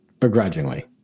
begrudgingly